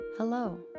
Hello